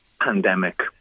pandemic